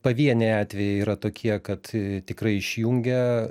pavieniai atvejai yra tokie kad tikrai išjungia